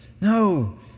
no